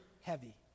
heavy